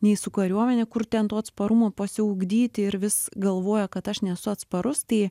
nei su kariuomene kur ten to atsparumo pasiugdyti ir vis galvoja kad aš nesu atsparus tai